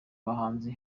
bahanzi